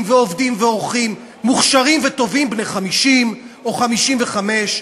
ועובדים ועורכים מוכשרים וטובים בני 50 או 55,